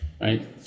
right